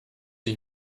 ich